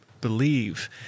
believe